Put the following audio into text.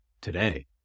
today